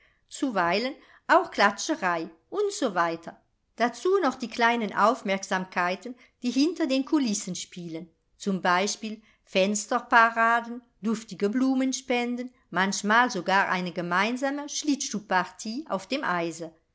zuweilen auch klatscherei u s w dazu noch die kleinen aufmerksamkeiten die hinter den kulissen spielen z b fensterparaden duftige blumenspenden manchmal sogar eine gemeinsame schlittschuhpartie auf dem eise